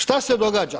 Što se događa?